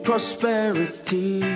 prosperity